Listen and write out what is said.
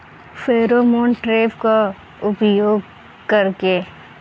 Pheromone trap का उपयोग कर के?